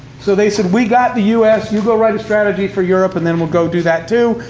so they said, we got the u s, you go write a strategy for europe, and then we'll go do that, too.